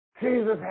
Jesus